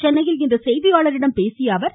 சென்னையில் இன்று செய்தியாளர்களிடம் பேசிய அவர்